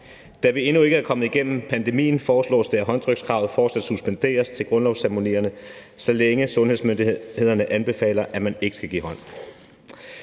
Da vi endnu ikke er kommet igennem pandemien, foreslås det, at håndtrykskravet fortsat suspenderes til grundlovsceremonierne, så længe sundhedsmyndighederne anbefaler, at man ikke skal give hånd.